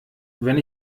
wenn